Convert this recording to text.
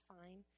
fine